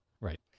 Right